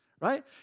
Right